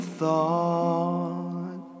thought